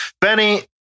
Benny